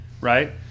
right